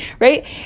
right